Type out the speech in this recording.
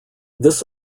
this